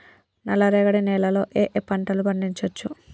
నల్లరేగడి నేల లో ఏ ఏ పంట లు పండించచ్చు?